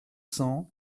cents